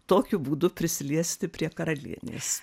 tokiu būdu prisiliesti prie karalienės